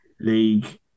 league